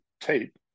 tape